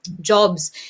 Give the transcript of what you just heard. jobs